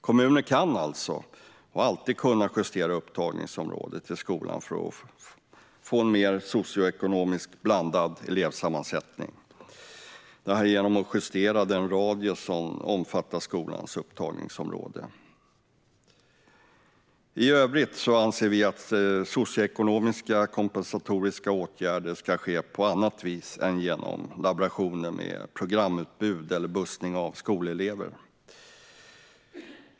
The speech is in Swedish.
Kommuner kan alltså, och har alltid kunnat, justera upptagningsområdet till skolan för att få en mer socioekonomiskt blandad elevsammansättning - detta genom att justera den radie som skolans upptagningsområde omfattar. I övrigt anser vi att socioekonomiska kompensatoriska åtgärder ska ske på annat vis än genom laborationer med programutbud eller bussning av skolelever.